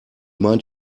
meint